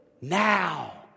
now